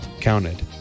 counted